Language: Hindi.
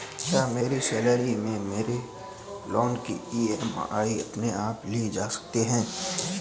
क्या मेरी सैलरी से मेरे लोंन की ई.एम.आई अपने आप ली जा सकती है?